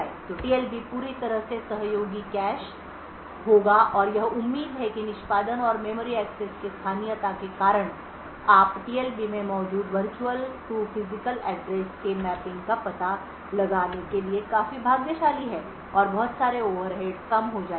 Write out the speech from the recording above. तो टीएलबी पूरी तरह से सहयोगी कैश होगा और यह उम्मीद है कि निष्पादन और मेमोरी एक्सेस की स्थानीयता के कारण आप टीएलबी में मौजूद वर्चुअल टू फिजिकल एड्रेस की मैपिंग का पता लगाने के लिए काफी भाग्यशाली हैं और बहुत सारे ओवरहेड्स कम हो जाएंगे